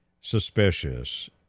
suspicious